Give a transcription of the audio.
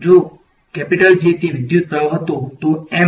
જો J તે વિદ્યુત પ્રવાહ હતો તો M એ છે